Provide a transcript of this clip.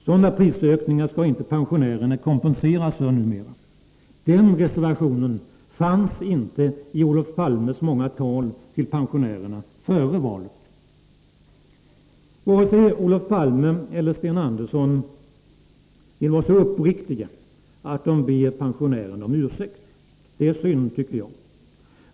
Sådana prisökningar skall inte pensionärerna kompenseras för numera. Den reservationen fanns inte i Olof Palmes många tal till pensionärerna före valet. Varken Olof Palme eller Sten Andersson vill vara så uppriktiga att de ber pensionärerna om ursäkt. Det är synd!